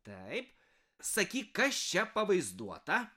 taip sakyk kas čia pavaizduota